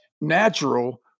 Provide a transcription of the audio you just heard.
natural